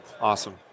Awesome